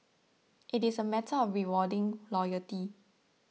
it is a matter of rewarding loyalty